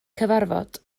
cyfarfod